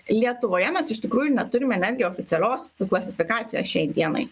lietuvoje mes iš tikrųjų neturime netgi oficialios klasifikacijos šiai dienai